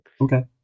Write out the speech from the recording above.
Okay